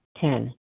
Ten